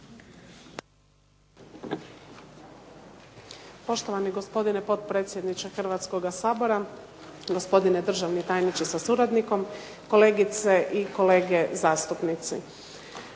Poštovani gospodine potpredsjedniče Hrvatskog sabora, gospodine državni tajniče sa suradnikom, kolegice i kolege zastupnici.